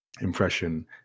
impression